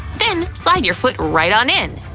then slide your foot right on in!